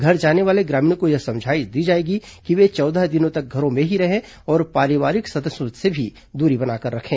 घर जाने वाले ग्रामीणों को यह समझाइश दी जाएगी कि वे चौदह दिनों तक घरों में ही रहें और पारिवारिक सदस्यों से भी दूरी बनाकर रखें